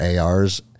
ARs